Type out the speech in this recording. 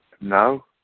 No